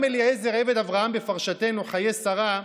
גם אליעזר עבד אברהם, בפרשתנו חיי שרה,